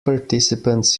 participants